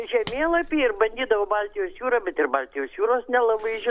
žemėlapyj ir bandydavau baltijos jūrą bet ir baltijos jūros nelabai ži